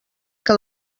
que